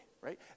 Right